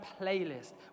playlist